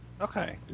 Okay